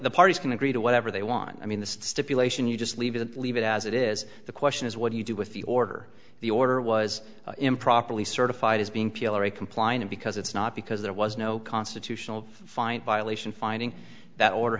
the parties can agree to whatever they want i mean the stipulation you just leave it leave it as it is the question is what do you do with the order the order was improperly certified as being pillory compliant because it's not because there was no constitutional find violation finding that order